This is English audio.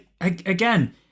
again